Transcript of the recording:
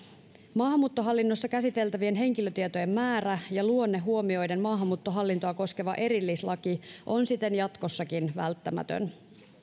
maahanmuuttohallinnossa käsiteltävien henkilötietojen määrä ja luonne huomioiden maahanmuuttohallintoa koskeva erillislaki on siten jatkossakin välttämätön